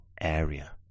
area